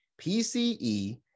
PCE